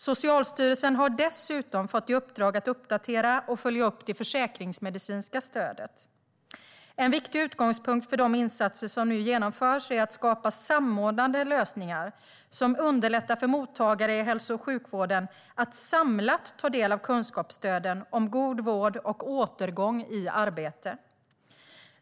Socialstyrelsen har dessutom fått i uppdrag att uppdatera och följa upp det försäkringsmedicinska stödet. En viktig utgångspunkt för de insatser som nu genomförs är att skapa samordnade lösningar som underlättar för mottagare i hälso och sjukvården att samlat ta del av kunskapsstöden om god vård och återgång i arbete.